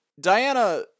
Diana